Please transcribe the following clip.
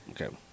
Okay